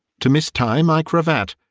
to mistie my cravat,